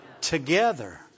together